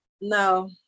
No